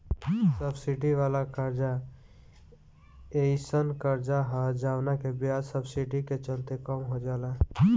subsidy वाला कर्जा एयीसन कर्जा ह जवना के ब्याज सब्सिडी के चलते कम हो जाला